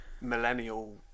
millennial